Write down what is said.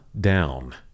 down